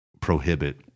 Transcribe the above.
prohibit